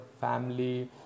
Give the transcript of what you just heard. family